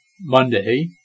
Monday